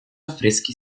affreschi